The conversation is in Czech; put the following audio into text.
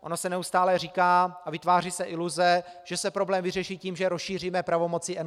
Ono se neustále říká a vytváří se iluze, že se problém vyřeší tím, že rozšíříme pravomoci NKÚ.